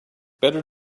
better